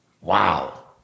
wow